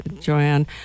Joanne